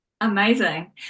amazing